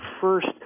first